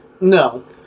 No